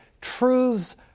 truths